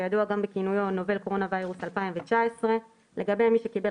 הידוע גם בכינוי Novel coronavirus 2019); לגבי מי שקיבל